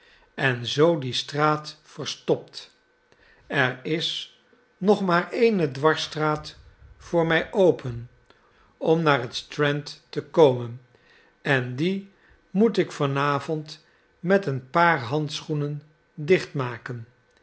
en zoo die straat verstopt er is nog maar eene dwarsstraat voor mij open om naar het strand te komen en die moet ik van avond met een paar handschoenen